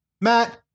Matt